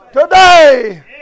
Today